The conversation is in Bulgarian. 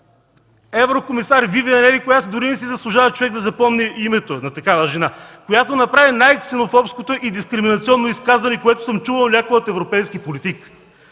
еврокомисар Вивиан еди-коя си, дори не си заслужава човек да запомни името на такава жена, която направи най-ксенофобското и дискриминационно изказване, което някога съм чувал от европейски политик.